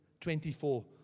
24